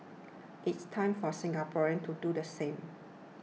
it is time for Singaporeans to do the same